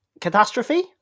Catastrophe